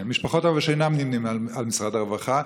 משפחות שאינן מוכרות למשרד הרווחה,